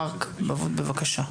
מארק, בבקשה.